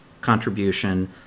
contribution